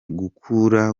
gukura